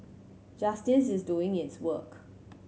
justice is doing its work